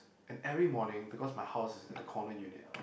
and every morning because my house is at the common unit